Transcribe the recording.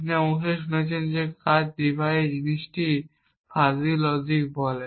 আপনি নিশ্চয়ই শুনেছেন যে কার ডিভাইসে এই জিনিসটিকে ফাজি লজিক বলে